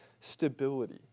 stability